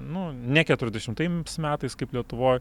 nu ne keturiasdešimtais metais kaip lietuvoj